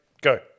Go